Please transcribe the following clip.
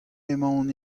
emaon